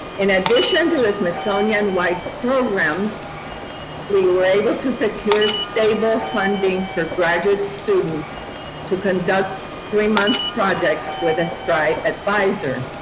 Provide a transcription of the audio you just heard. in addition to the smithsonian-wide programs we were able to secure stable funding for graduate students to conduct three-month projects with a stri advisor.